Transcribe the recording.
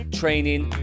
training